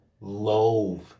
loathe